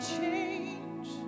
change